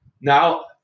now